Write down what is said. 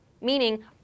Meaning